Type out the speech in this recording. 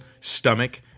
stomach